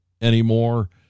anymore